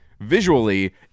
visually